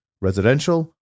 residential